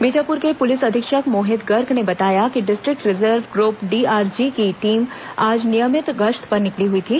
बीजापुर के पुलिस अधीक्षक मोहित गर्ग ने बताया कि डिस्ट्रिक्ट रिजर्व ग्रप डीआरजी की टीम आज नियमित गश्त पर निकली हुई थी